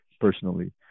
personally